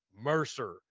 Mercer